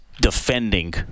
defending